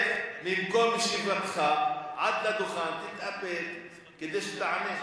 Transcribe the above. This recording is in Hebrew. תתאפק, ממקום ישיבתך עד לדוכן, תתאפק, כדי שתענה.